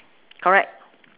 correct